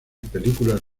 películas